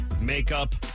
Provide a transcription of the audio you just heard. Makeup